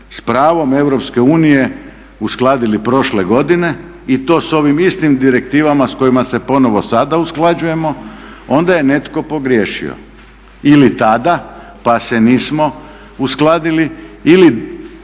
unije uskladili prošle godine i to s ovim istim direktivama s kojima se ponovo sada usklađujemo onda je netko pogriješio ili tada pa se nismo uskladili ili